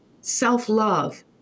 Self-love